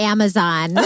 Amazon